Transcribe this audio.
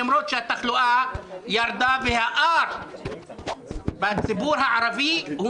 למרות שהתחלואה ירדה וה-R בציבור הערבי הוא